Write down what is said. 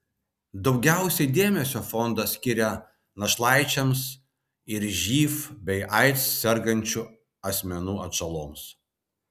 daugiausiai dėmesio fondas skiria našlaičiams ir živ bei aids sergančių asmenų atžaloms